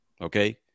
Okay